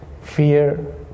Fear